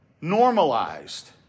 normalized